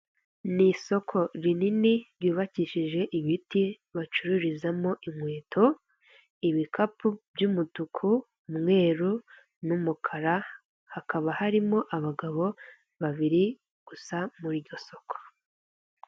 Ni isoko rinini ryubakishije ibiti bacururizamo inkweto ibikapu by'umutuku, umweru, n'umukara hakaba harimo abagabo babiri gusa muri iryo soko.